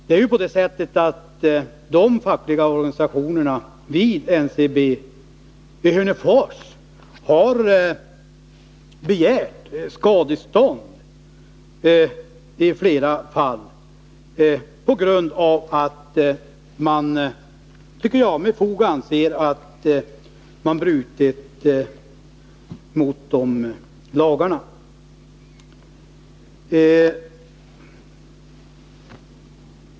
Det är ju på det sättet att de fackliga organisationerna vid NCB i Hörnefors har begärt skadestånd i flera fall på grund av att man — med fog, tycker jag — anser att man brutit mot lagarna.